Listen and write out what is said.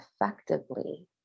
effectively